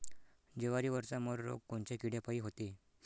जवारीवरचा मर रोग कोनच्या किड्यापायी होते?